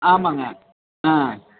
ஆமாங்க ஆ